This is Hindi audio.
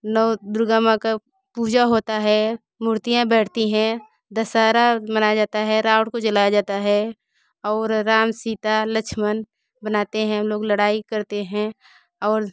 नौ दुर्गा माँ की पूजा होती है मूर्तियाँ बैठती हैं दशहारा मनाया जाता है रावण को जलाया जाता है और राम सीता लक्ष्मण बनाते हैं हम लोग लड़ाई करते हैं और